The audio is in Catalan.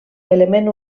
element